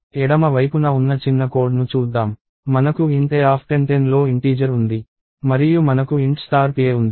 ఎడమ వైపున ఉన్న చిన్న కోడ్ ను చూద్దాం మనకు int a 10 10లో ఇంటీజర్ ఉంది మరియు మనకు int pa ఉంది